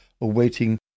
awaiting